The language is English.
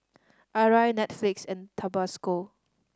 Arai Netflix and Tabasco